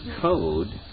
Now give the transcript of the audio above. code